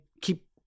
keep